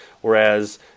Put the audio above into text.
whereas